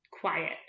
quiet